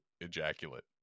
ejaculate